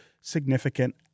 significant